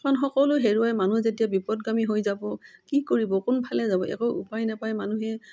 এখন সকলো হেৰুৱাই মানুহ যেতিয়া বিপদগামী হৈ যাব কি কৰিব কোনফালে যাব একো উপায় নাপায় মানুহে